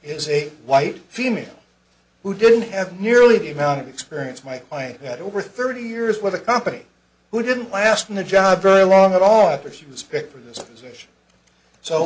is a white female who didn't have nearly the amount of experience my i had over thirty years with a company who didn't last new job very long at all after she was